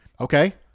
okay